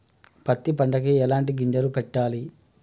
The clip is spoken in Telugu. పత్తి పంటకి ఎలాంటి గింజలు పెట్టాలి?